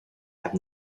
have